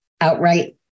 outright